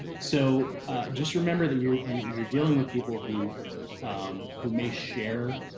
so just remember that you're you're you're dealing with people who who may share